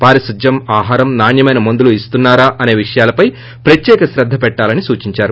పారిశుద్ద్యం ఆహారం నాణ్యమైన మందులు ఇస్తున్నారా అసే విషయాలపై ప్రత్యేక శ్రద్ద పెట్టాలని సూచించారు